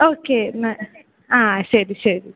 okay എന്നാൽ ആ ശരി ശരി ശരി